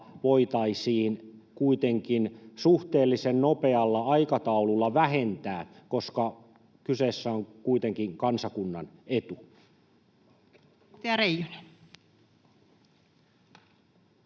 voitaisiin kuitenkin suhteellisen nopealla aikataululla vähentää? Kyseessä on kuitenkin kansakunnan etu.